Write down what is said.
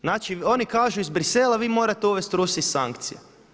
Znači oni kažu iz Brisela vi morate uvesti Rusiji sankcije.